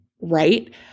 right